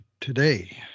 Today